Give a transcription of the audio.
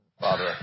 Father